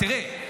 תראה,